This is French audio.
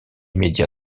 média